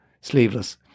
sleeveless